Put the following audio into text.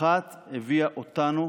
אחת הביאה אותנו